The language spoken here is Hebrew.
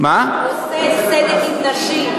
עושה צדק עם נשים.